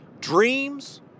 dreams